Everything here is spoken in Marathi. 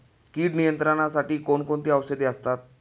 कीड नियंत्रणासाठी कोण कोणती औषधे असतात?